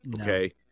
Okay